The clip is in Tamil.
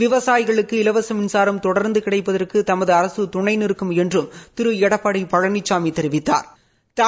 விவசாயிகளுக்கு இலவச மின்சாரம் தொடர்ந்து கிடைப்பதற்கு தமது அரசு துணை நிற்கும் என்றும் திரு எடப்பாடி பழனிசாமி தெரிவித்தாா்